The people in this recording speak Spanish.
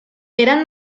eran